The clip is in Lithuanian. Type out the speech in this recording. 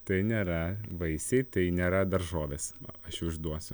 tai nėra vaisiai tai nėra daržovės aš jau išduosiu